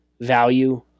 value